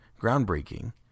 groundbreaking